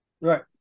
Right